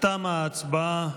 תמה ההצבעה.